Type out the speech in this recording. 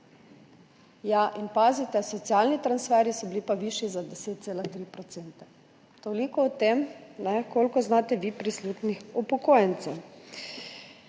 %. Pazite, socialni transferji so pa bili višji za 10,3 %. Toliko o tem, koliko znate vi prisluhniti upokojencem.